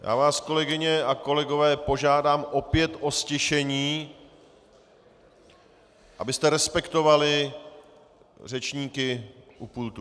Já vás, kolegyně a kolegové, požádám opět o ztišení, abyste respektovali řečníky u pultu.